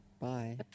Bye